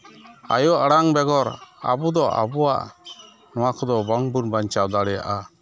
ᱟᱭᱳ ᱟᱲᱟᱝ ᱵᱮᱜᱚᱨ ᱟᱵᱳ ᱫᱚ ᱟᱵᱚᱣᱟᱜᱼᱟ ᱱᱚᱣᱟ ᱠᱚᱫᱚ ᱵᱟᱝ ᱵᱚᱱ ᱵᱟᱧᱪᱟᱣ ᱫᱟᱲᱮᱭᱟᱜᱼᱟ